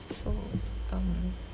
so um